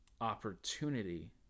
opportunity